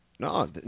No